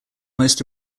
most